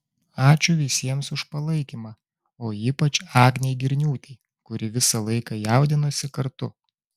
ačiū visiems už palaikymą o ypač agnei girniūtei kuri visą laiką jaudinosi kartu